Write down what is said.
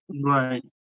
Right